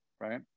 right